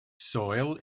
soil